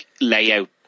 layout